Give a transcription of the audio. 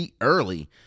early